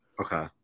Okay